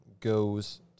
goes